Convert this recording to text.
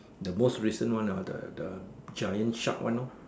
the most recent one of the the giant shark one lor